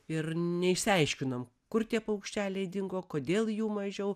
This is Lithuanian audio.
ir neišsiaiškinom kur tie paukšteliai dingo kodėl jų mažiau